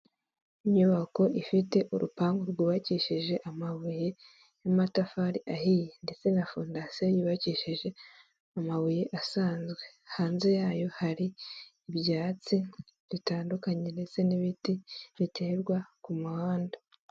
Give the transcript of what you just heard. Inyubako ifite urupangu rwubakishije amabuye n'amatafari ahiye, ndetse na fondasiyo yubakishije amabuye asanzwe, hanze yayo hari ibyatsi bitandukanye ndetse n'ibiti biterwa ku muhanda.